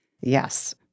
Yes